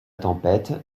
tempête